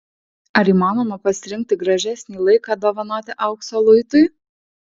ar įmanoma pasirinkti gražesnį laiką dovanoti aukso luitui